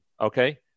okay